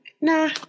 Nah